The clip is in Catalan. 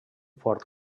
fort